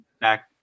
back